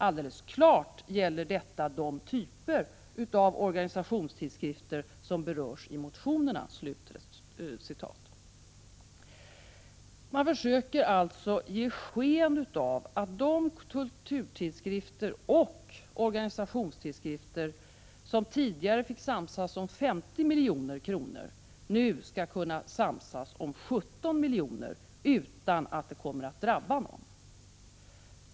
Alldeles klart gäller detta de typer av organisationstidskrifter som berörs i motionerna.” Man försöker ge sken av att de kulturtidskrifter och organisationstidskrifter som tidigare fick samsas om 50 milj.kr. nu skulle kunna samsas om 17 milj.kr. utan att det kommer att drabba någon.